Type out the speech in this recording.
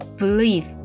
believe